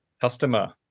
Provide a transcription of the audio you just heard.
customer